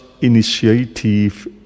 initiative